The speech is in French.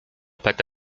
pâte